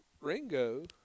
Ringo